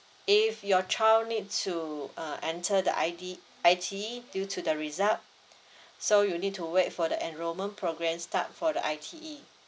if your child need to uh enter the I_T~ I_T_E due to the result so you'll need to wait for the enrollment program start for the I_T_E